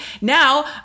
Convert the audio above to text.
Now